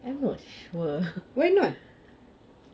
why not